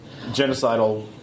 genocidal